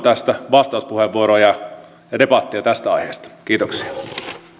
toivon vastauspuheenvuoroja ja debattia tästä ajasta pidot